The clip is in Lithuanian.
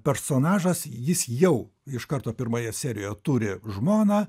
personažas jis jau iš karto pirmoje serijoje turi žmoną